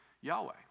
Yahweh